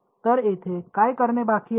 तर येथे काय करणे बाकी आहे